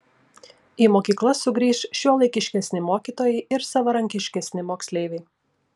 į mokyklas sugrįš šiuolaikiškesni mokytojai ir savarankiškesni moksleiviai